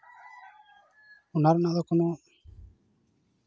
ᱚᱱᱟ ᱨᱮᱱᱟᱜ ᱫᱚ ᱠᱚᱱᱚ